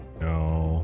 no